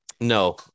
No